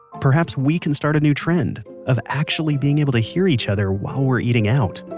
perhaps we can start a new trend of actually being able to hear each other while we're eating out